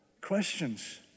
questions